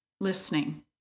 listening